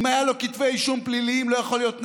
אם היה לו כתב אישום פלילי, לא יכול להיות נהג.